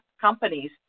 companies